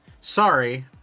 Sorry